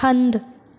हंधि